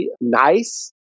nice